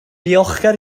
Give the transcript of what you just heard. ddiolchgar